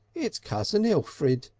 it's cousin elfrid!